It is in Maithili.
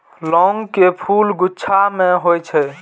लौंग के फूल गुच्छा मे होइ छै